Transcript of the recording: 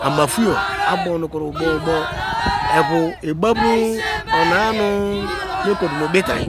Ama phoyo abow nu bow bow evo abuve nu onanu nu meku tomo ubitany